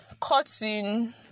cutting